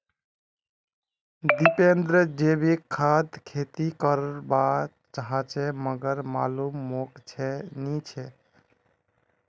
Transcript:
दीपेंद्र जैविक खाद खेती कर वा चहाचे मगर मालूम मोक नी छे